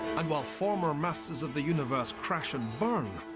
and while former masters of the universe crash and burn,